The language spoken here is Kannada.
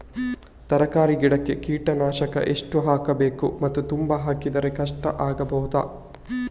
ತರಕಾರಿ ಗಿಡಕ್ಕೆ ಕೀಟನಾಶಕ ಎಷ್ಟು ಹಾಕ್ಬೋದು ಮತ್ತು ತುಂಬಾ ಹಾಕಿದ್ರೆ ಕಷ್ಟ ಆಗಬಹುದ?